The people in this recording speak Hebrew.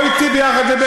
קצת צניעות.